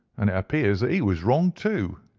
and it appears that he was wrong too.